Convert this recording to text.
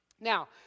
Now